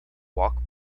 walk